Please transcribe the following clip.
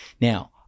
Now